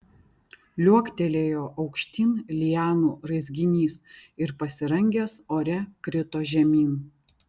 liuoktelėjo aukštyn lianų raizginys ir pasirangęs ore krito žemyn